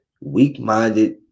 weak-minded